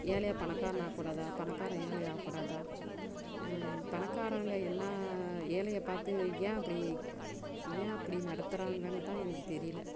ஏழை பணக்காரன் ஆகக்கூடாதா பணக்காரன் ஏழை ஆகக்கூடாதா பணக்காரங்க என்ன ஏழையைப் பாறத்து ஏன் அப்படி ஏன் அப்படி நடத்துகிறாங்கனு தான் எனக்கு தெரியல